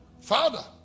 Father